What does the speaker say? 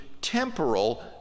temporal